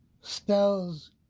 Spells